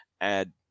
add